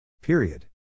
Period